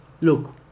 look